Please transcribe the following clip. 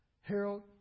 Harold